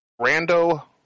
Rando